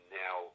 now